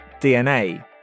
DNA